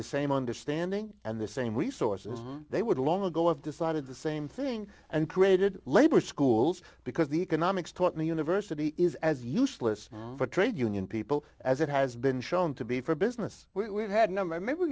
the same understanding and the same resources they would long ago of decided the same thing and created labor schools because the economics taught me university is as useless for trade union people as it has been shown to be for business we've had a number maybe we